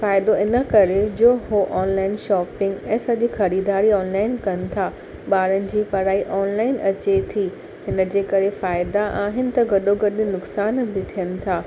फ़ाइदो इन करे जो उहे ऑनलाइन शॉपिंग ऐं सॼी ख़रीदारी ऑनलाइन कनि था ॿारनि जी पढ़ाई ऑनलाइन अचे थी हिनजे करे फ़ाइदा आहिनि त गॾोगॾु नुक़सान बि थियनि था